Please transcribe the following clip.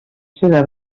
seva